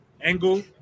angle